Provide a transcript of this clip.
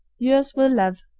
yours with love,